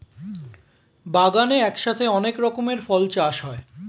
বাগানে একসাথে অনেক রকমের ফল চাষ হয়